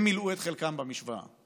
הם מילאו את חלקם במשוואה.